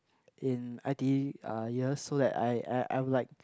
in i_t_e uh year so that I I I would like